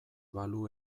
balu